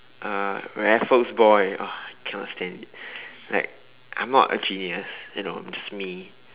uh Raffles boy uh cannot stand it like I'm not a genius you know I'm just me